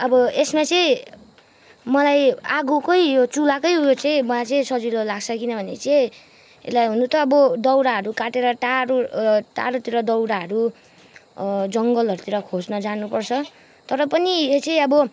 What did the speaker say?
अब यसमा चाहिँ मलाई आगोकै यो चुलाकै ऊ यो चाहिँ मलाई चाहिँ सजिलो लाग्छ किनभने चाहिँ यसलाई हुनु त अब दाउराहरू काटेर टाढो टाढोतिर दाउराहरू जङ्गलहरतिर खोज्न जानु पर्छ तर पनि यो चाहिँ आअब